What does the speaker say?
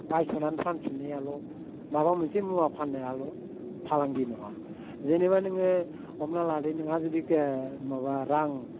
बायस'नानै फानफिन्नायाल' माबा मोनसे मुवा फान्नायाल' फालांगि नङा जेनेबा नोङो हमना लादो नोंहा जुदि माबा रां